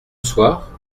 soir